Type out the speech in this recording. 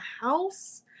house